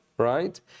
right